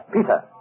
Peter